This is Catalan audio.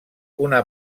una